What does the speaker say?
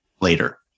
later